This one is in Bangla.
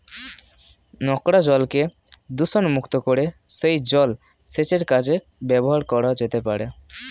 নোংরা জলকে দূষণমুক্ত করে সেই জল সেচের কাজে ব্যবহার করা যেতে পারে